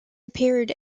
appeared